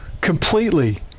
completely